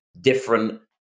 different